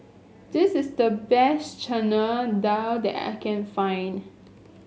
this is the best Chana Dal that I can find